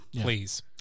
Please